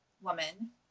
woman